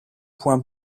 point